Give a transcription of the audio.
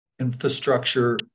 infrastructure